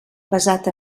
basat